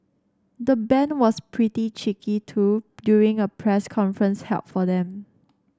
the band was pretty cheeky too during a press conference held for them